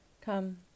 Come